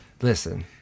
Listen